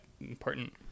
important